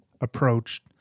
approached